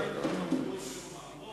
רוב-רובם של תושבי גוש-קטיף לא מצאו, רגע, רגע.